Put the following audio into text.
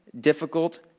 difficult